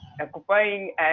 occupying